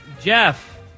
Jeff